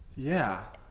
yeah.